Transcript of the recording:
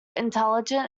intelligent